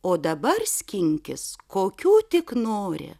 o dabar skinkis kokių tik nori